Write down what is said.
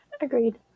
agreed